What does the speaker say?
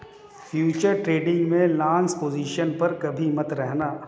futures trading में long position पर कभी मत रहना